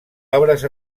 obres